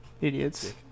Idiots